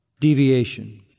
Deviation